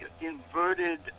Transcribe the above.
inverted